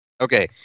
Okay